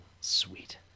Sweet